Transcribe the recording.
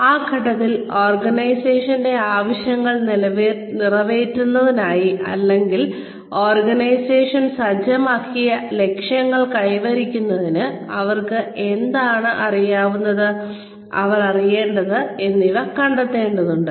ആ ഘട്ടത്തിൽ ഓർഗനൈസേഷന്റെ ആവശ്യങ്ങൾ നിറവേറ്റുന്നതിനായി അല്ലെങ്കിൽ ഓർഗനൈസേഷൻ സജ്ജമാക്കിയ ലക്ഷ്യങ്ങൾ കൈവരിക്കുന്നതിന് അവർക്ക് എന്താണ് അറിയാവുന്നത് അവർ അറിയേണ്ടതെന്താണ് എന്നിവ കണ്ടെത്തേണ്ടതുണ്ട്